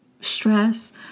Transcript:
stress